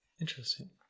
interesting